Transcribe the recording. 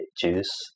juice